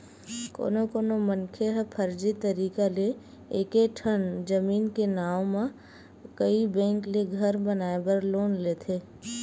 कोनो कोनो मनखे ह फरजी तरीका ले एके ठन जमीन के नांव म कइ बेंक ले घर बनाए बर लोन लेथे